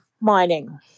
mining